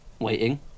waiting